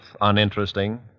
uninteresting